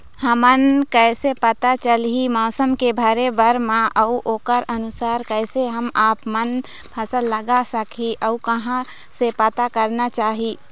हमन कैसे पता चलही मौसम के भरे बर मा अउ ओकर अनुसार कैसे हम आपमन फसल लगा सकही अउ कहां से पता करना चाही?